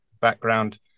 background